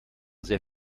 sehr